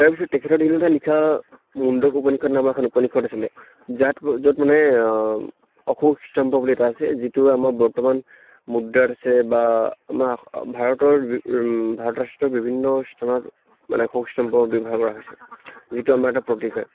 তাৰ পিছত তেখেতৰ দিনতে লিখা মুণ্ডক উপনিষদ নামৰ এখন উপনিষদ আছিলে যাত য'ত মানে অশোক স্তম্ভ বুলি এটা আছে যিটো আমাৰ বৰ্তমান মুদ্ৰাত আছে বা আমাৰ ভাৰতৰ বি ভাৰতৰ স্তৰ বিভিন্ন স্থানত মানে অশোক স্তম্ভ ব্য়ৱহাৰ কৰা হৈছে যিটো আমাৰ এটা প্ৰতীক হয়